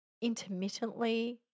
intermittently